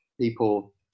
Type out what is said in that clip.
people